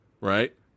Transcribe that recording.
right